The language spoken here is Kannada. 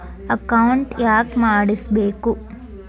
ಅಕೌಂಟ್ ಯಾಕ್ ಮಾಡಿಸಬೇಕು?